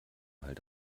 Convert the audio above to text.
halt